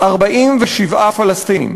47 פלסטינים.